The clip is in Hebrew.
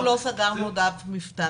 אנחנו לא סגרנו אף מפתן.